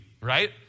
right